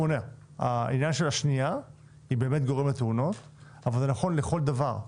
עניין השנייה באמת גורמת לתאונות אבל זה נכון לכל דבר.